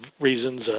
reasons